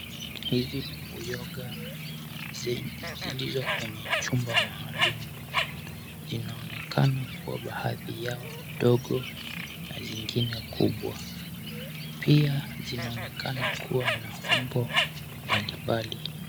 Hizi ni uyoga zilizo kwenye chumba maalum. Inaonekana kuwa baadhi yao ndogo na zingine kubwa. Pia zinaonekana kuwa na umbo mbalimbali.